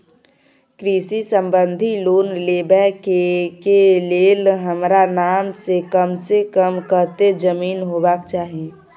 कृषि संबंधी लोन लेबै के के लेल हमरा नाम से कम से कम कत्ते जमीन होबाक चाही?